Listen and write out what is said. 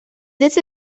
this